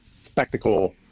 spectacle